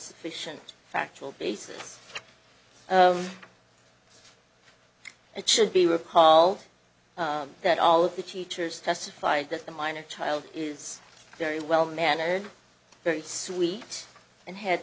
sufficient factual basis it should be recalled that all of the teachers testified that the minor child is very well mannered very sweet and had